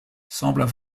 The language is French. semblent